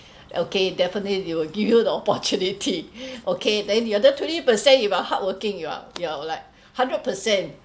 okay definitely they will give you the opportunity okay then the other twenty percent if you are hardworking you are you're like hundred percent